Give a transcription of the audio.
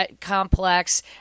complex